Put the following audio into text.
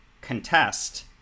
contest